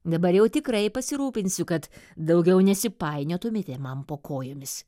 dabar jau tikrai pasirūpinsiu kad daugiau nesipainiotumėte man po kojomis